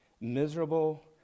miserable